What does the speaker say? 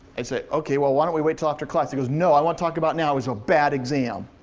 i'd say okay, well why don't we wait till after class. he goes no, i wanna talk about it now. it was a bad exam.